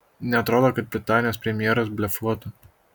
neatrodo kad britanijos premjeras blefuotų